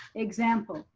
example,